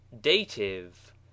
Dative